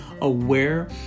aware